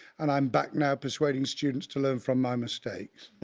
and i'm back now persuading students to learn from my mistakes!